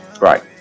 right